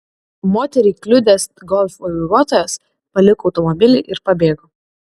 moterį kliudęs golf vairuotojas paliko automobilį ir pabėgo